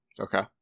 Okay